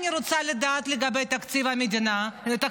אני רוצה לדעת לגבי תקציב הביטחון,